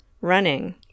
running